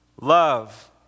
love